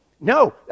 No